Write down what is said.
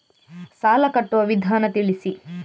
ಸಾಲ ಕಟ್ಟುವ ವಿಧಾನ ತಿಳಿಸಿ?